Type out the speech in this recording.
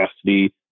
capacity